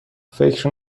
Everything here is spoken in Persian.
فکر